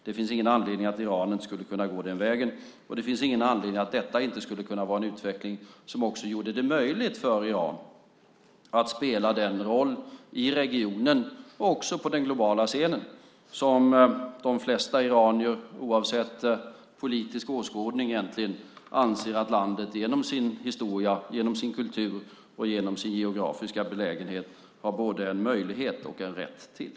Det finns ingen anledning till att Iran inte skulle kunna gå den vägen, och det finns ingen anledning till att detta inte skulle kunna vara en utveckling som också gjorde det möjligt för Iran att spela den roll i regionen och också på den globala scenen som de flesta iranier, egentligen oavsett politisk åskådning, anser att landet genom sin historia, kultur och geografiska belägenhet har både möjlighet och rätt till.